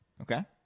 Okay